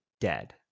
dead